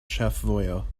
ĉefvojo